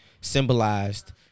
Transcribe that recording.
symbolized